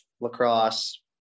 lacrosse